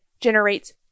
generates